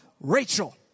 Rachel